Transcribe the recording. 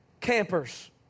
campers